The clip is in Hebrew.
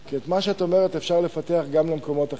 כי את מה שאת אומרת אפשר לפתח גם למקומות אחרים.